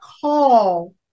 call